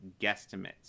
guesstimates